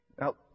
Now